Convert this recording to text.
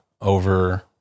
over